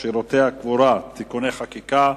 שירותי קבורה (תיקוני חקיקה),